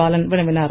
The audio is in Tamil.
பாலன் வினவினார்